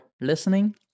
listening